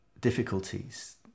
difficulties